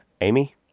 Amy